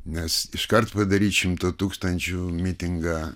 nes iškart padaryti šimto tūkstančių mitingą